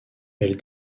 elle